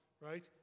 Right